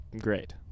Great